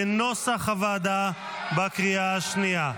כנוסח הוועדה, בקריאה השנייה.